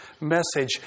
message